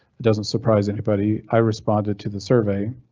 it doesn't surprise anybody. i responded to the survey